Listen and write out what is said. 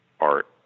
art